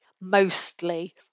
mostly